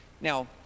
Now